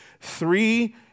Three